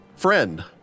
friend